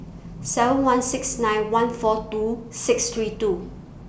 seven one six nine one four two six three two